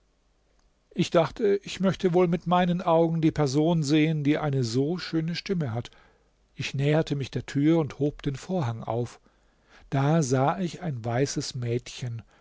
ich dachte ich möchte wohl mit meinen augen die person sehen die eine so schöne stimme hat ich näherte mich der tür und hob den vorhang auf da sah ich ein weißes mädchen